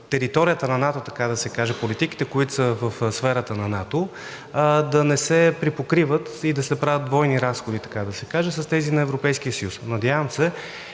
територията на НАТО, така да се каже, политиките, които са в сферата на НАТО, да не се припокриват и да се правят двойни разходи, така да се каже, с тези на Европейския съюз. Надявам се